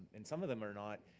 and some of them are not